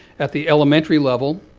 at the elementary level,